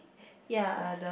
ya